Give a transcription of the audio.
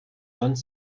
vingt